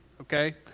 okay